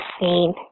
scene